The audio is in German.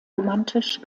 romantisch